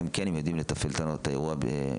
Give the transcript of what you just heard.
אם כן הם יודעים לתפעל את האירוע בעצמם